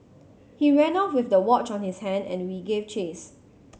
he ran off with the watch on his hand and we gave chase